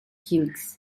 hughes